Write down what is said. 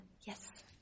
yes